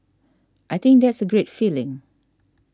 I think that's a great feeling